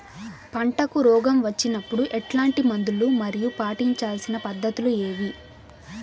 పంటకు రోగం వచ్చినప్పుడు ఎట్లాంటి మందులు మరియు పాటించాల్సిన పద్ధతులు ఏవి?